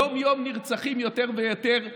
יום-יום נרצחים יותר ויותר ערבים,